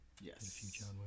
yes